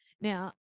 Now